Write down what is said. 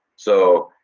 so,